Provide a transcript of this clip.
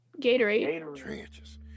Gatorade